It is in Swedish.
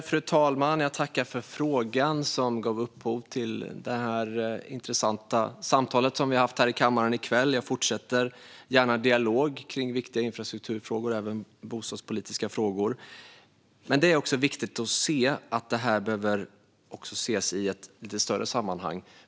Fru talman! Jag tackar för frågan som gav upphov till det intressanta samtal vi haft här i kammaren i kväll. Jag fortsätter gärna en dialog om viktiga infrastrukturfrågor, även bostadspolitiska frågor. Men det är också viktigt att se det här i ett lite större sammanhang.